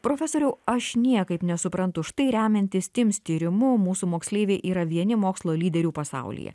profesoriau aš niekaip nesuprantu štai remiantis tims tyrimu mūsų moksleiviai yra vieni mokslo lyderių pasaulyje